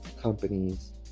companies